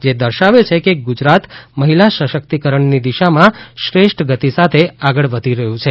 જે દર્શાવે છે કે ગુજરાત મહિલા સશક્તિકરણની દિશામાં શ્રેષ્ઠ ગતિ સાથે આગળ વધી રહ્યું છે